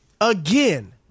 again –